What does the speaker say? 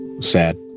sad